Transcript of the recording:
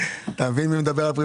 אתה מכיר את זה,